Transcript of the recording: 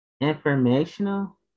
informational